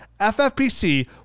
ffpc